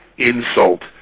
insult